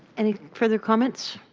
any further comments?